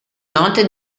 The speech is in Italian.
note